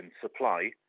supply